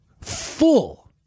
full